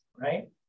right